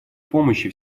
помощи